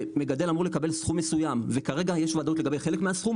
שמגדל אמור לקבל סכום מסוים וכרגע יש וודאות לגבי חלק מהסכום.